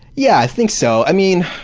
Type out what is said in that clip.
yeah, i think so. i mean,